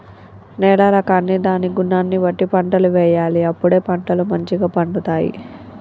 నేల రకాన్ని దాని గుణాన్ని బట్టి పంటలు వేయాలి అప్పుడే పంటలు మంచిగ పండుతాయి